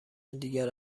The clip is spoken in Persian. دیگر